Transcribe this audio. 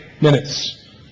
minutes